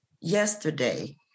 Yesterday